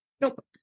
Nope